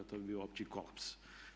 To bi bio opći kolaps.